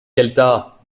gueltas